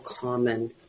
common